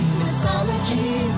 mythology